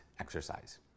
exercise